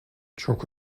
çok